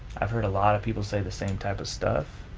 i've heard a lot of people say the same type of stuff.